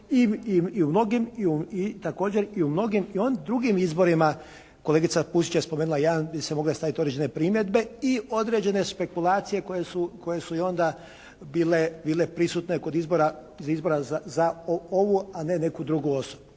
i u mnogim drugim izborima, kolegica Pusić je spomenula jedan, bi se mogle staviti određene primjedbe i određene spekulacije koje su i onda bile prisutne kod izbora za ovu a ne neku drugu osobu